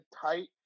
tight